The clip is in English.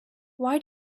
why